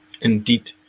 indeed